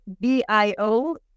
B-I-O